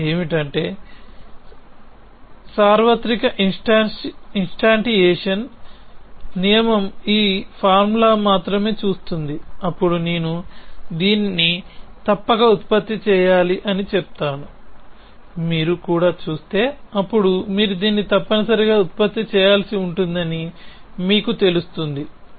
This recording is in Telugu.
తేడా ఏమిటంటే సార్వత్రిక ఇన్స్టాంటియేషన్ నియమం ఈ ఫార్ములాను మాత్రమే చూస్తుంది అప్పుడు నేను దీనిని తప్పక ఉత్పత్తి చేయాలి అని చెప్తాడు మీరు కూడా చూస్తే అప్పుడు మీరు దీన్ని తప్పనిసరిగా ఉత్పత్తి చేయాల్సి ఉంటుందని మీకు తెలుస్తుంది